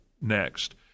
next